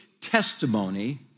testimony